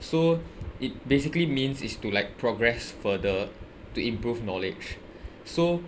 so it basically means is to like progress further to improve knowledge so